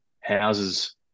houses